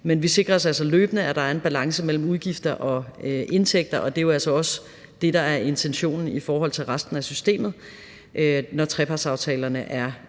Men vi sikrer os altså løbende, at der er en balance mellem udgifter og indtægter, og det er jo altså også det, der er intentionen med resten af systemet, når trepartsaftalerne er i